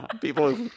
People